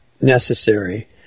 necessary